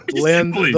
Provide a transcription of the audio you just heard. Land